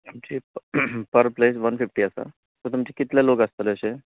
आमची per plate one fifty आसा तुमचे कितले लोक आसतले अशें